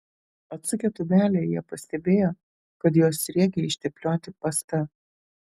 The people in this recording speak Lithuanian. atsukę tūbelę jie pastebėjo kad jos sriegiai išteplioti pasta